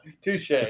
touche